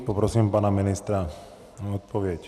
Poprosím pana ministra o odpověď.